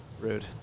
Rude